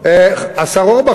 השר אורבך,